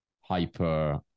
hyper